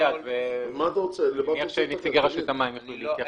אני מניח שנציגי רשות המים יוכלו להתייחס.